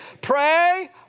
Pray